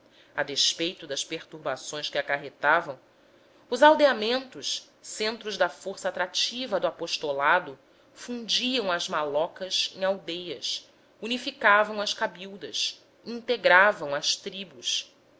a despeito das perturbações que acarretavam os aldeamentos centros da força atrativa do apostolado fundiam as malocas em aldeias unificavam as cabildas integravam as tribos